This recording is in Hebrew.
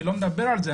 אני לא מדבר על זה.